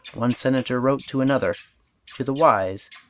one senator wrote to another to the wise,